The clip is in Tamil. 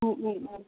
ம் ம்